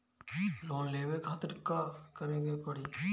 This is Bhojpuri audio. लोन लेवे खातिर का करे के पड़ी?